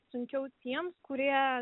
sunkiau tiems kurie